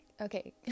Okay